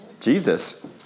Jesus